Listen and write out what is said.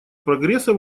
прогресса